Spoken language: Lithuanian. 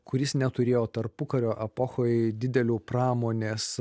kuris neturėjo tarpukario epochoj didelių pramonės